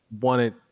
wanted